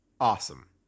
Awesome